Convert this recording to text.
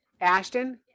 Ashton